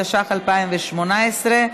התשע"ח 2018,